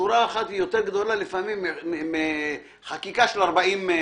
והשורה האחת היא לפעמים יותר גדולה מחקיקה של 40 עמודים.